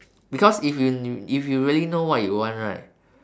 because if you if you really know what you want right